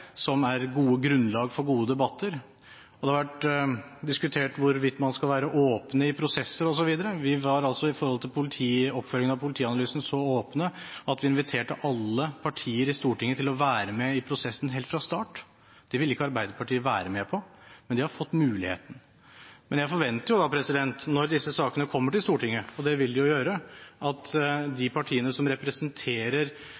som er gode grunnlag for gode debatter. Det har vært diskutert hvorvidt man skal være åpne i prosesser, osv. Vi var i oppfølgingen av Politianalysen så åpne at vi inviterte alle partier i Stortinget til å være med i prosessen helt fra start. Det ville ikke Arbeiderpartiet være med på, men de har fått muligheten. Jeg forventer jo, når disse sakene kommer til Stortinget – og det vil de gjøre – at